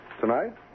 Tonight